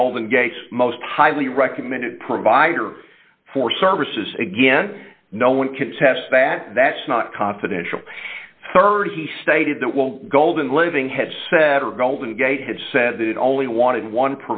or golden gate most highly recommended provider for services again no one contests that that's not confidential rd he stated that will golden living headset or golden gate had said that it only wanted one